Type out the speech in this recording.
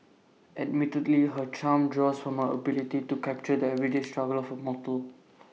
admittedly her charm draws from her ability to capture the everyday struggle of A mortal